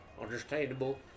Understandable